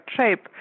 shape